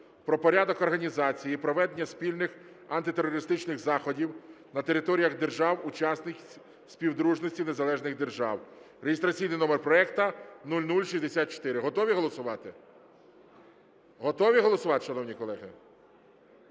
про порядок організації і проведення спільних антитерористичних заходів на територіях держав-учасниць Співдружності Незалежних Держав (реєстраційний номер проекту 0064). Готові голосувати? Готові голосувати, шановні колеги?